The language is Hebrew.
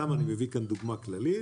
סתם אני מביא כאן דוגמה כללית.